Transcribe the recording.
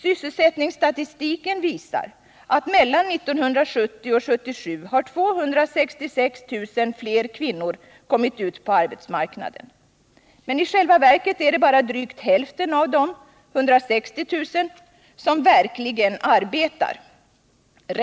Sysselsättningsstatistiken visar att mellan 1970 och 1977 har 266 000 fler kvinnor kommit ut på arbetsmarknaden. Men i själva verket är det bara drygt hälften av dessa, 160 000, som verkligen arbetar.